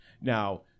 now